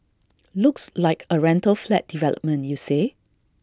looks like A rental flat development you say